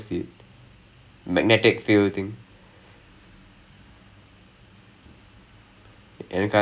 oh the the the the the the left hand rule right hand rule right for current and voltage lah எல்லாம் பாக்குறதுக்கு:ellam paarkurathukku ya I remember